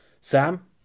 Sam